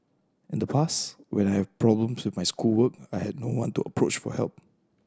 in the past when have problems with my schoolwork I had no one to approach for help